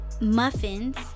muffins